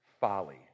folly